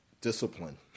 discipline